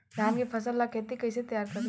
धान के फ़सल ला खेती कइसे तैयार करी?